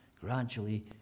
gradually